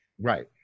Right